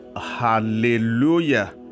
Hallelujah